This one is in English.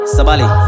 Sabali